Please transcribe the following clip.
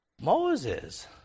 Moses